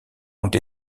ont